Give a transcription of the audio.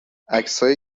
عکسای